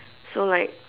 so like